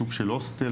סוג של הוסטל,